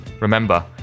Remember